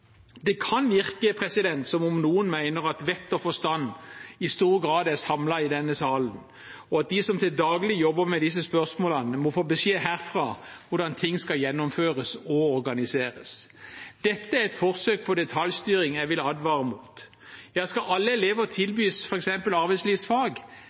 stor grad er samlet i denne salen, og at de som til daglig jobber med disse spørsmålene, må få beskjed herfra om hvordan ting skal gjennomføres og organiseres. Dette er et forsøk på detaljstyring jeg vil advare mot. Skal alle elever